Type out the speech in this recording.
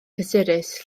cysurus